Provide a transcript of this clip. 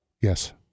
Yes